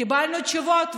קיבלנו תשובות,